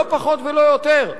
לא פחות ולא יותר,